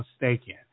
mistaken